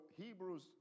Hebrews